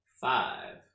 five